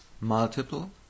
Multiple